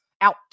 out